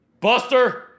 Buster